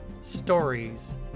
stories